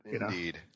Indeed